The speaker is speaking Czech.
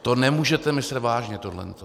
To nemůžete myslet vážně tohle to.